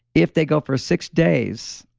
if they go for six days.